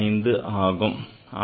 5 ஆகும்